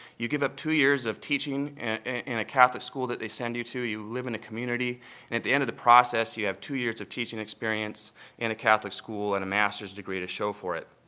you give up two years of teaching in a catholic school that they send you to. you live in a community. and at the end of the process you have two years of teaching experience in a catholic school and a masters degree to show for it.